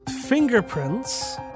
Fingerprints